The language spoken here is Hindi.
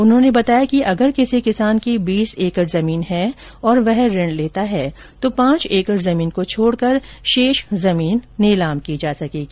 उन्होंने बताया कि अगर किसी किसान की बीस एकड़ जमीन है और वह ऋण लेता है तो पांच एकड़ जमीन को छोड़कर शेष जमीन नीलाम की जा सकेगी